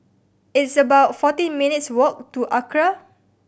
it's about fourteen minutes walk to ACRA